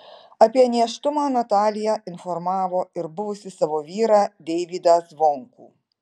apie nėštumą natalija informavo ir buvusį savo vyrą deivydą zvonkų